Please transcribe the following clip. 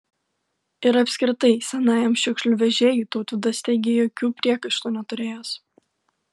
ir apskritai senajam šiukšlių vežėjui tautvydas teigė jokių priekaištų neturėjęs